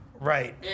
right